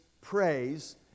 praise